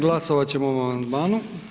Glasovat ćemo o ovom amandmanu.